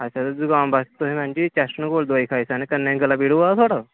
अच्छा जकाम बास्तै तुसें madam ji chest and cold दवाई खाई सकने कन्नै गल्ले पीड़ होआ दा थुआढ़ा